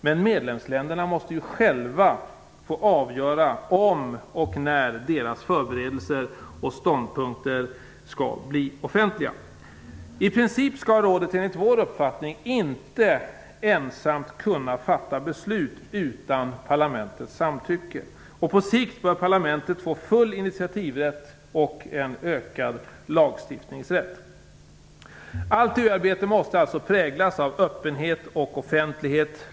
Men medlemsländerna måste själva få avgöra om och när deras förberedelser och ståndpunkter skall bli offentliga. I princip skall rådet enligt vår uppfattning inte ensamt kunna fatta beslut utan parlamentets samtycke. På sikt bör parlamentet få full initiativrätt och en ökad lagstiftningsrätt. Allt EU-arbete måste alltså präglas av öppenhet och offentlighet.